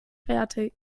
fertig